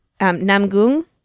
Namgung